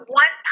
one